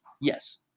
Yes